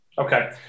okay